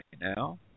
now